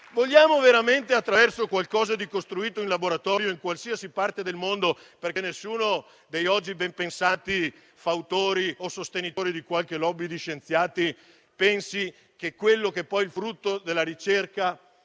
Vogliamo veramente arrivare a qualcosa di costruito in laboratorio in qualsiasi parte del mondo? Nessuno degli attuali benpensanti fautori o sostenitori di qualche *lobby* di scienziati può pensare che quello che poi è il frutto della ricerca